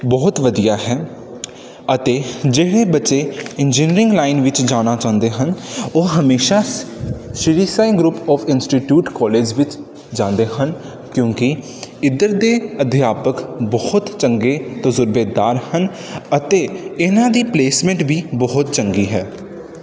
ਬਹੁਤ ਵਧੀਆ ਹੈ ਅਤੇ ਜਿਹੜੇ ਬੱਚੇ ਇੰਜੀਨੀਅਰਿੰਗ ਲਾਈਨ ਵਿੱਚ ਜਾਣਾ ਚਾਹੁੰਦੇ ਹਨ ਉਹ ਹਮੇਸ਼ਾ Shri Sai group of institute college ਵਿੱਚ ਜਾਂਦੇ ਹਨ ਕਿਉਂਕਿ ਇੱਧਰ ਦੇ ਅਧਿਆਪਕ ਬਹੁਤ ਚੰਗੇ ਤਜ਼ਰਬੇਦਾਰ ਹਨ ਅਤੇ ਇਨ੍ਹਾਂ ਦੀ ਪਲੇਸਮੈਂਟ ਵੀ ਬਹੁਤ ਚੰਗੀ ਹੈ